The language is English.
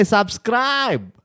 Subscribe